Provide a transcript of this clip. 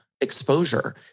exposure